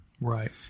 Right